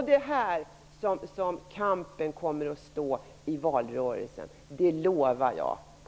Det är här som kampen kommer att stå i valrörelsen, det lovar jag Bo